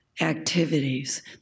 activities